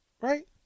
Right